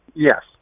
Yes